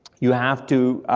you have to.